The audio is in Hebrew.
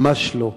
ממש לא.